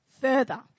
further